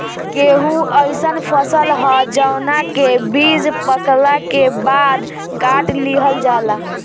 गेंहू अइसन फसल ह जवना के बीज पकला के बाद काट लिहल जाला